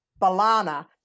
Balana